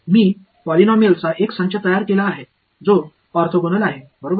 मी पॉलिनॉमियलचा एक संच तयार केला आहे जो ऑर्थोगोनल आहे बरोबर आहे